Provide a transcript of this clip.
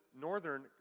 northern